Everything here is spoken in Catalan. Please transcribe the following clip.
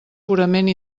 purament